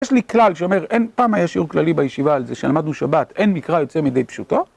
יש לי כלל שאומר אין פעם היה שיעור כללי בישיבה על זה, שלמדנו שבת, אין מקרא יוצא מדי פשוטו